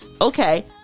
okay